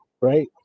Right